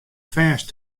fêst